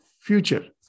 Future